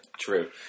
true